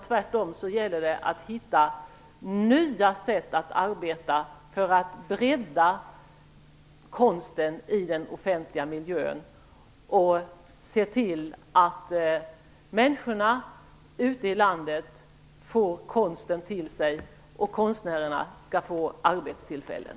Tvärtom gäller det att hitta nya sätt att arbeta för att bredda konstnärlig utsmyckning i den offentliga miljön och se till att människorna ute i landet får konsten till sig och konstnärerna får arbetstillfällen.